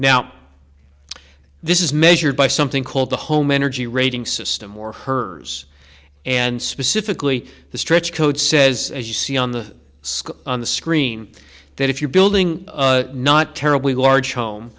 now this is measured by something called the home energy rating system or her house and specifically the stretch code says as you see on the screen on the screen that if you're building not terribly large home